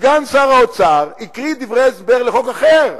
סגן שר האוצר הקריא דברי הסבר לחוק אחר.